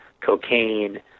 cocaine